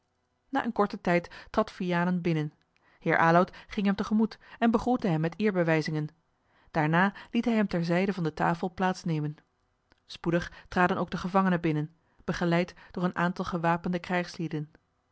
na een korten tijd trad vianen binnen heer aloud ging hem tegemoet en begroette hem met eerbewijzingen daarna liet hij hem ter zijde van de tafel plaats nemen spoedig traden ook de gevangenen binnen begeleid door een aantal gewapende